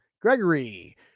Gregory